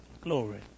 glory